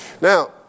Now